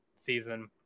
season